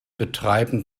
betreiben